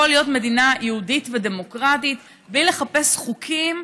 להיות מדינה יהודית ודמוקרטית בלי לחפש חוקים.